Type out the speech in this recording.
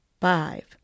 five